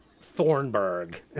Thornburg